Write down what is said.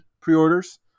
pre-orders